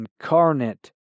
incarnate